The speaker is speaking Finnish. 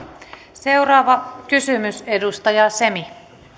seuraava kysymys edustaja semi